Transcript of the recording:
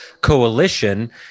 coalition